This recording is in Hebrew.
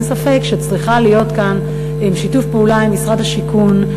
אין ספק שצריך להיות כאן שיתוף פעולה עם משרד השיכון,